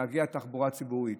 נהגי התחבורה הציבורית.